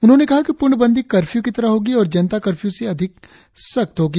उन्होंने कहा कि पूर्णबंदी कर्फ्यू की तरह होगी और जनता कर्फ्यू से अधिक सख्त होगी